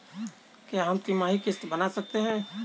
क्या हम तिमाही की किस्त बना सकते हैं?